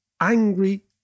angry